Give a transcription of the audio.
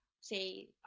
say